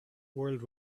world